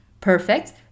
Perfect